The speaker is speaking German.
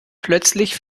plötzlich